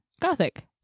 Gothic